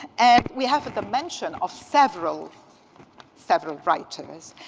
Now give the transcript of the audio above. and we have the mention of several several writers.